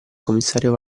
commissario